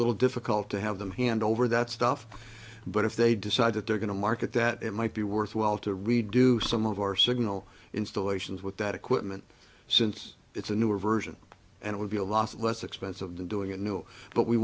little difficult to have them hand over that stuff but if they decide that they're going to market that it might be worthwhile to redo some of our signal installations with that equipment since it's a newer version and it would be a lot less expensive than doing it new but we